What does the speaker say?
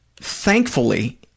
Thankfully